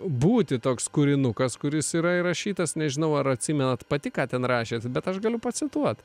būti toks kūrinukas kuris yra įrašytas nežinau ar atsimenat pati ką ten rašėt bet aš galiu pacituot